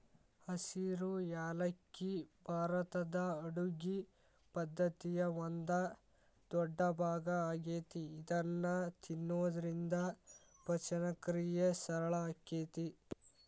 ಹಸಿರು ಯಾಲಕ್ಕಿ ಭಾರತದ ಅಡುಗಿ ಪದ್ದತಿಯ ಒಂದ ದೊಡ್ಡಭಾಗ ಆಗೇತಿ ಇದನ್ನ ತಿನ್ನೋದ್ರಿಂದ ಪಚನಕ್ರಿಯೆ ಸರಳ ಆಕ್ಕೆತಿ